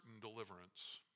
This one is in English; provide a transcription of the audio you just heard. deliverance